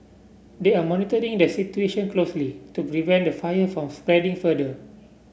they are monitoring the situation closely to prevent the fire from spreading further